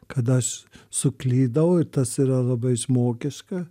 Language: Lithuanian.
kad aš suklydau ir tas yra labai žmogiška